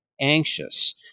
anxious